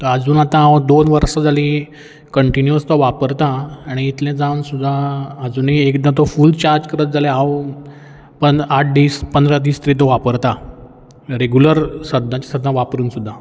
आजून आतां हांव दोन वर्सां जालीं कंटिन्यूस तो वापरता आनी इतलें जावन सुद्दां आजुनीय एकदां तो फूल चार्ज करत जाल्यार हांव पन आठ दीस पंदरा दीस तरी तो वापरतां रॅगुलर सद्दांचे सद्दां वापरून सुद्दां